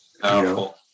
Powerful